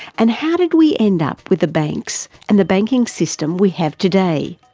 and how did we end up with the banks and the banking system we have today?